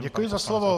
Děkuji za slovo.